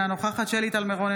אינה נוכחת שלי טל מירון,